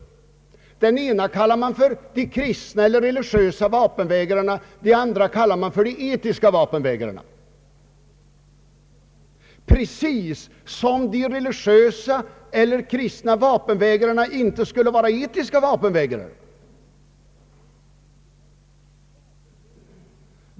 Den ena kallas kristna eller religiösa vapenvägrare, och den andra kallas för etiska vapenvägrare — precis som om de kristna eller religiösa vapenvägrarna inte skulle vara etiska vapenvägrare!